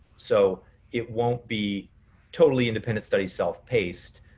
so it won't be totally independent study self paced,